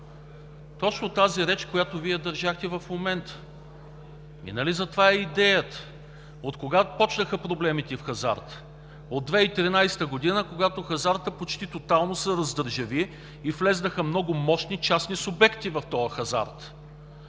Точно тази реч, която Вие държахте в момента! Нали за това е идеята? От кога започнаха проблемите в хазарта! От 2013 г., когато хазартът почти тотално се раздържави и влязоха много мощни частни субекти в този хазарт.